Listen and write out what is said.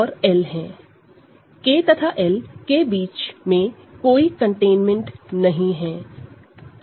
K तथा L के बीच में कोई कंटेनमेंट नहीं है